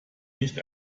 nicht